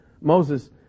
moses